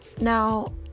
now